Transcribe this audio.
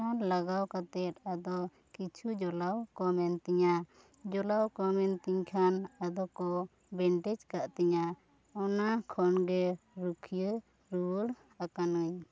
ᱨᱟᱱ ᱞᱟᱜᱟᱣ ᱠᱟᱛᱮ ᱟᱫᱚ ᱠᱤᱪᱷᱩ ᱡᱚᱞᱟᱣ ᱠᱚᱢᱮᱱ ᱛᱤᱧᱟᱹ ᱡᱚᱞᱟᱣ ᱠᱚᱢᱮᱱ ᱛᱤᱧ ᱠᱷᱟᱱ ᱟᱫᱚ ᱠᱚ ᱵᱮᱱᱰᱮᱡᱽ ᱠᱟᱜ ᱛᱤᱧᱟ ᱚᱱᱟ ᱠᱷᱚᱱ ᱜᱮ ᱨᱩᱠᱷᱤᱭᱟᱹ ᱨᱩᱣᱟᱹᱲ ᱟᱠᱟᱱᱟᱹᱧ